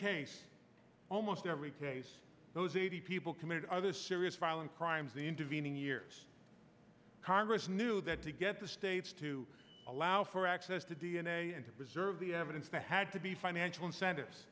case almost every case those eighty people committed other serious violent crimes the intervening years congress knew that to get the states to allow for access to d n a and to preserve the evidence that had to be financial incentives